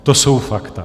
To jsou fakta.